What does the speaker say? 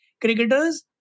cricketers